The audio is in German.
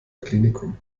klinikum